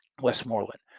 Westmoreland